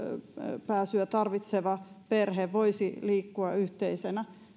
poispääsyä tarvitseva perhe voisi liikkua yhtenäisenä